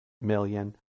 million